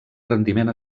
rendiment